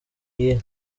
iyihe